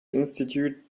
institute